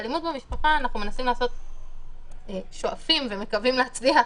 באלימות במשפחה אנחנו שואפים ומקווים להצליח